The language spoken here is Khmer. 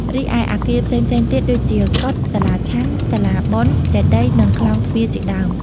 រីឯ អគារផ្សេងៗទៀតដូចជា កុដិ សាលាឆាន់ សាលាបុណ្យ ចេតិយ និងខ្លោងទ្វារជាដើម។